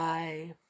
Bye